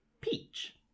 Peach